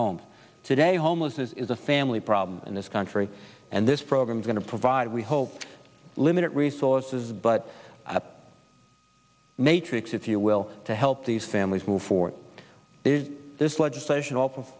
homes today homelessness is a family problem in this country and this program is going to provide we hope limited resources but matrix if you will to help these families move for this legislation